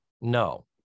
No